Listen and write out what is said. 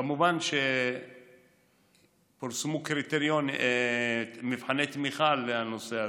כמובן שפורסמו מבחני תמיכה לנושא הזה.